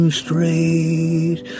straight